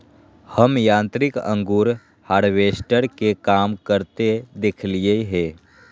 हम यांत्रिक अंगूर हार्वेस्टर के काम करते देखलिए हें